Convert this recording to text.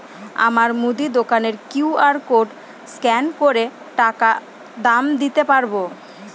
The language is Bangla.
আমার মুদি দোকানের কিউ.আর কোড স্ক্যান করে টাকা দাম দিতে পারব?